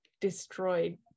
destroyed